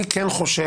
אני כן חושב,